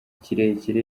kirekire